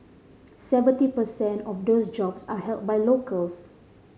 seventy per cent of those jobs are held by locals